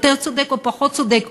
יותר צודק או פחות צודק.